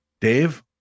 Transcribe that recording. Dave